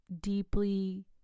deeply